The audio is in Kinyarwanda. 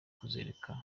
kuzereka